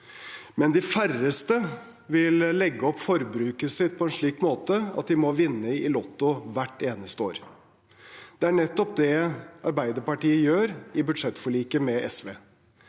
men de færreste vil legge opp forbruket sitt på en slik måte at de må vinne i Lotto hvert eneste år. Det er nettopp det Arbeiderpartiet gjør i budsjettforliket med SV.